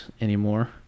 anymore